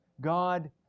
God